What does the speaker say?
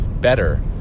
better